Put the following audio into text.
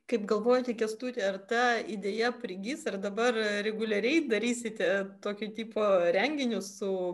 kaip galvojate kęstuti ar ta idėja prigis ar dabar reguliariai darysite tokio tipo renginius su